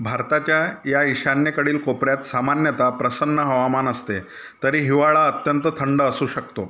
भारताच्या या ईशान्येकडील कोपऱ्यात सामान्यतः प्रसन्न हवामान असते तरी हिवाळा अत्यंत थंड असू शकतो